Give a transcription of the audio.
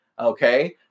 okay